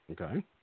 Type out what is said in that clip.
Okay